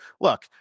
Look